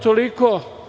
Toliko.